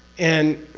and.